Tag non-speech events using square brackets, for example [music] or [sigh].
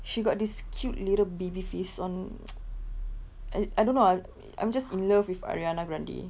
she got this cute little baby face um [noise] I I don't know ah I'm just in love with ariana grande